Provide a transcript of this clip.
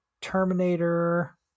Terminator